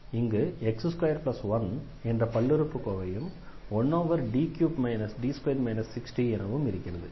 இங்கு x21 என்ற பல்லுறுப்புக்கோவையும் 1D3 D2 6D எனவும் இருக்கிறது